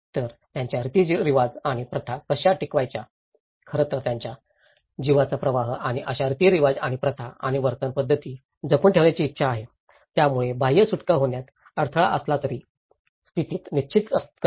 तर त्यांच्या रीतीरिवाज आणि प्रथा कशा टिकवायच्या खरं तर त्यांच्या जिवाचा प्रवाह आणि अशा रीतीरिवाज आणि प्रथा आणि वर्तन पद्धती जपून ठेवण्याची इच्छा आहे ज्यामुळे बाह्य सुटका होण्यात अडथळा असला तरीही स्थिरता निश्चित करते